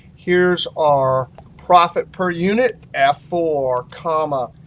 here's our profit per unit, f four, comma,